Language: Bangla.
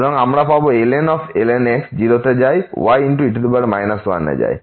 সুতরাং আমরা পাব ln x 0তে যায় y e 1 এ যায়